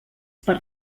per